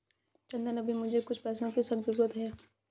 चंदन अभी मुझे कुछ पैसों की सख्त जरूरत है